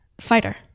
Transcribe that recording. fighter